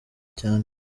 cyane